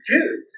Jude